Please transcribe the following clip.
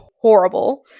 horrible